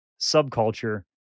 subculture